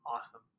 awesome